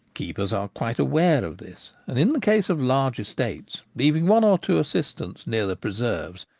keepers are quite aware of this and in the case of large estates, leaving one or two assistants near the preserves,